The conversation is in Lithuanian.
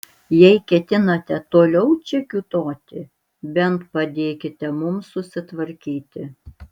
jei ketinate toliau čia kiūtoti bent padėkite mums susitvarkyti